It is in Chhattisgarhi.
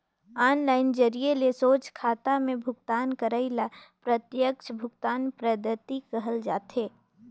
ऑनलाईन जरिए ले सोझ खाता में भुगतान करई ल प्रत्यक्छ भुगतान पद्धति कहल जाथे